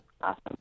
Awesome